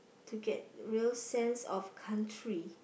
to get real sense of country